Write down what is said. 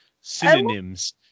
synonyms